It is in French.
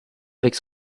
avec